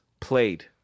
played